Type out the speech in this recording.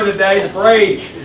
ah day, the break!